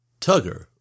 Tugger